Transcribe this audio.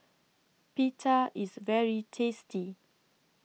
Pita IS very tasty